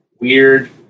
weird